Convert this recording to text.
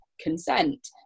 consent